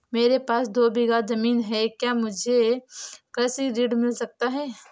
मेरे पास दो बीघा ज़मीन है क्या मुझे कृषि ऋण मिल सकता है?